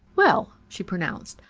well, she pronounced,